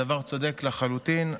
הדבר צודק לחלוטין,